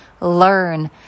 learn